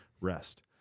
rest